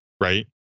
Right